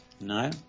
No